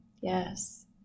Yes